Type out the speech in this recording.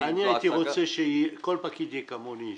הייתי רוצה שכל פקיד יהיה כמוני,